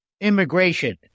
immigration